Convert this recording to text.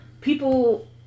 people